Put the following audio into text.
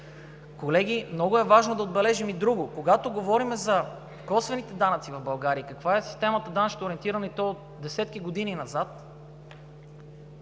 Колеги, много е важно да отбележим и друго. Когато говорим за косвените данъци в България и каква е системата – данъчно ориентирана, и то десетки години назад,